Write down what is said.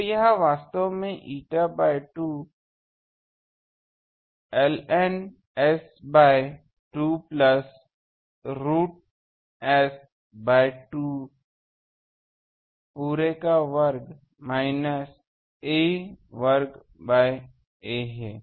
तो यह वास्तव में eta by pi ln S by 2 plus root S by 2 पूरे वर्ग माइनस a वर्ग बाय a है